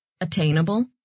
attainable